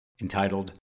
entitled